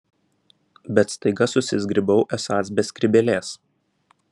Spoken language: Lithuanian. bet staiga susizgribau esąs be skrybėlės